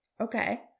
Okay